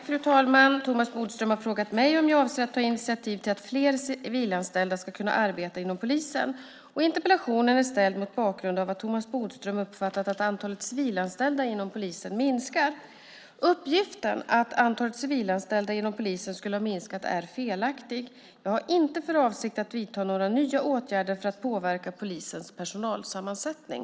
Fru talman! Thomas Bodström har frågat mig om jag avser att ta initiativ till att fler civilanställda ska kunna arbeta inom polisen. Interpellationen är ställd mot bakgrund av att Thomas Bodström uppfattat att antalet civilanställda inom polisen minskar. Uppgiften att antalet civilanställda inom polisen skulle ha minskat är felaktig. Jag har inte för avsikt att vidta några nya åtgärder för att påverka polisens personalsammansättning.